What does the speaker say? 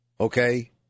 okay